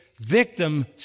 victim